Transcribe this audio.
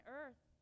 earth